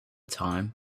time